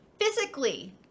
Physically